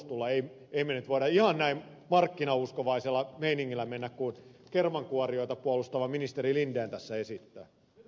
emme me nyt voi ihan näin markkinauskovaisella meiningillä mennä kuin kermankuorijoita puolustava ministeri linden tasaisia